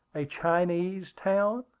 a chinese town?